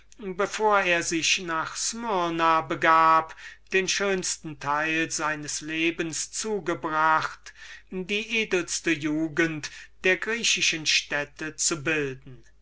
bevor er sich nach smyrna begab um die früchte seiner arbeit zu genießen den schönsten teil seines lebens zugebracht die edelste jugend der griechischen städte zu bilden